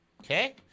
Okay